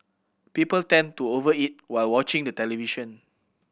people tend to over eat while watching the television